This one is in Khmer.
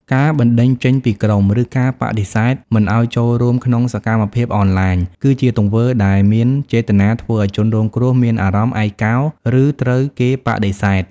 ការបណ្តេញចេញពីក្រុម ឬការបដិសេធមិនឲ្យចូលរួមក្នុងសកម្មភាពអនឡាញ គឺជាទង្វើដែលមានចេតនាធ្វើឲ្យជនរងគ្រោះមានអារម្មណ៍ ឯកោ ឬត្រូវគេបដិសេធ។